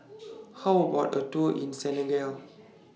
How about A Tour in Senegal